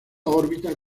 órbita